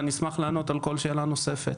ואני אשמח לענות על כל שאלה נוספת.